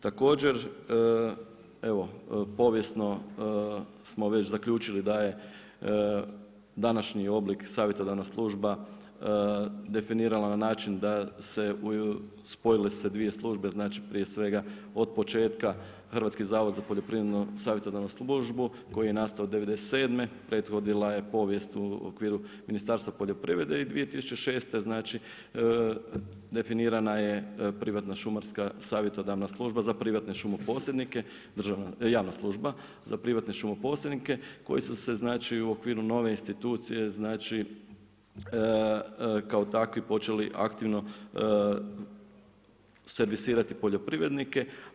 Također, evo povijesno smo već zaključili da je današnji oblik savjetodavna služba definirala na način da se, spojile su se 2 službe, znači prije svega od početka Hrvatski zavod za poljoprivrednu savjetodavnu službu koji je nastao '97. prethodila je povijest u okviru Ministarstvu poljoprivrede i 2006. znači definirana je privatna šumarska savjetodavna služba za privatne šumoposjednike, javna služba za privatne šumoposjednike koji su se u okviru nove institucije kao takvi počeli aktivno servisirati poljoprivrednike.